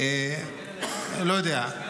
לא יודע,